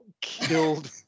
killed